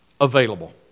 available